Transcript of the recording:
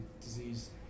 disease